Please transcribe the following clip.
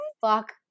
fuck